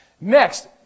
Next